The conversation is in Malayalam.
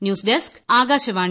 news desk Akashvani